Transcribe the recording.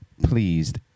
pleased